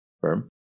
firm